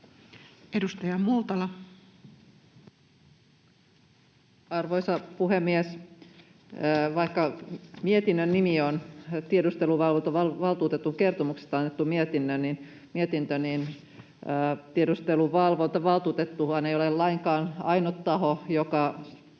Edustaja Multala. Arvoisa puhemies! Vaikka mietinnön nimi on tiedusteluvalvontavaltuutetun kertomuksesta annettu mietintö, niin tiedusteluvalvontavaltuutettuhan ei ole lainkaan ainut taho, joka